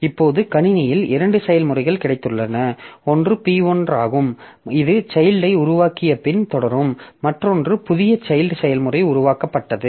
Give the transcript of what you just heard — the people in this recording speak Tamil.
இப்போது கணினியில் இரண்டு செயல்முறைகள் கிடைத்துள்ளன ஒன்று P1 ஆகும் இது சைல்ட்யை உருவாக்கிய பின் தொடரும் மற்றொன்று புதிய சைல்ட் செயல்முறை உருவாக்கப்பட்டது